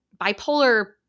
bipolar